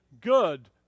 good